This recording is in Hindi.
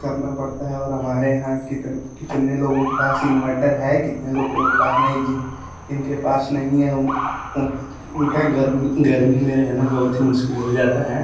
करना पड़ता है और हमारे यहाँ कितने कितने लोगों के पास इन्वर्टर है कितने लोग के पास नहीं जिनके पास नहीं है उन उनका गर्मी गर्मी में रहना बहुत ही मुश्किल हो जाता है